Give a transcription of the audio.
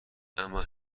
اما